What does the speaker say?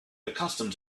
accustomed